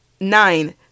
nine